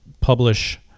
publish